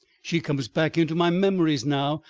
she comes back into my memories now,